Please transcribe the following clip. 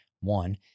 one